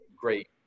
great